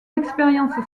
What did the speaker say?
expériences